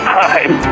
time